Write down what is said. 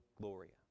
gloria